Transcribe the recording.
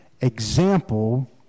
example